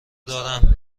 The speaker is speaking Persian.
دارم